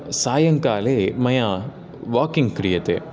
सायंकाले मया वाकिङ्ग् क्रियते